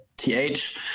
TH